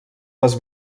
les